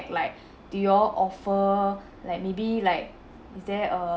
like do you all offer like maybe like is there a